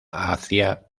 hacia